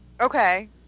okay